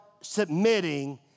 submitting